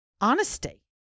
honesty